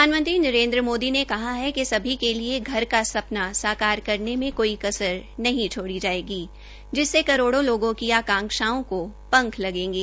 प्रधानमंत्री नरेन्द्र मोदी ने कहा है कि सभी के लिये घर का सपना साकार करने में कोई कसर नहीं छोड़ी जायेगी जिसमें करोडों लोगों की आकांशाओं की पंख लगेगे